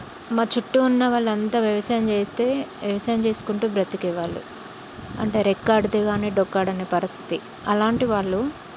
మా చుట్టూ ఉన్న వాళ్ళంతా వ్యవసాయం చేస్తే వ్యవసాయం చేసుకుంటూ బ్రతికే వాళ్ళు అంటే రెక్కాడితే గానీ డొక్కాడని పరిస్థితి అలాంటి వాళ్ళు